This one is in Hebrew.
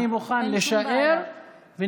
אין שום בעיה.